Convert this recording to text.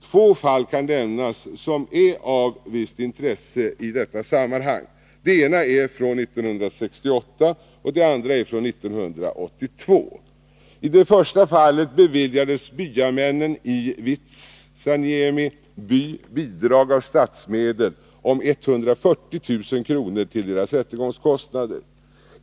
Två fall kan nämnas som är av visst intresse i detta sammanhang. Det ena är från 1968 och det andra från 1982. I det första fallet beviljades byamännen i Vitsaniemi bidrag av statsmedel om 140 000 kr. till sina rättegångskostnader.